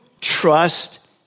trust